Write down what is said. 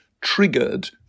triggered